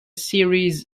series